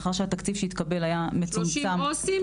מאחר שהתקציב שהתקבל היה מצומצם --- 30 עו"סים,